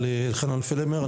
לאלחנן פלהיימר.